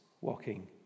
walking